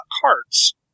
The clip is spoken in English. cards